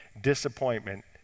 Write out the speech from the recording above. disappointment